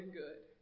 good